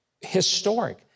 historic